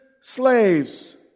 slaves